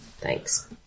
Thanks